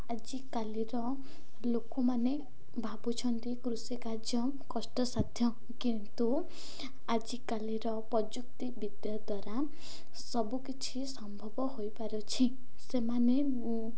ଆଜିକାଲିର ଲୋକମାନେ ଭାବୁଛନ୍ତି କୃଷି କାର୍ଯ୍ୟ କଷ୍ଟସାାଧ୍ୟ କିନ୍ତୁ ଆଜିକାଲିର ପ୍ରଯୁକ୍ତିବିଦ୍ୟା ଦ୍ୱାରା ସବୁକିଛି ସମ୍ଭବ ହୋଇପାରୁଛି ସେମାନେ ମୁଁ